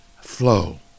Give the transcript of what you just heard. flow